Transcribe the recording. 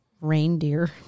reindeer